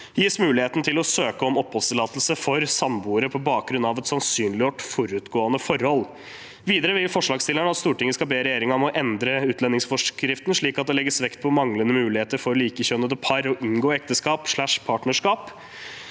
gis muligheten til å søke om oppholdstillatelse for samboere på bakgrunn av et sannsynliggjort forutgående forhold. Videre vil forslagsstillerne at Stortinget skal be regjeringen om å endre utlendingsforskriften slik at det legges vekt på manglende muligheter for likekjønnede par til å inngå ekteskap/partnerskap